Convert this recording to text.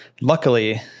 Luckily